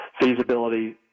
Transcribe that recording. feasibility